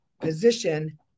position